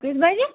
کٔژۍ بَجہِ